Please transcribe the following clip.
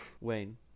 Wayne